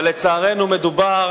אבל לצערנו מדובר